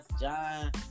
John